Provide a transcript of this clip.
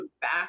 back